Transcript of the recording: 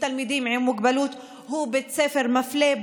לתלמידים עם מוגבלות הוא בית ספר מפלה,